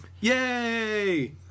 Yay